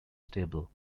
stable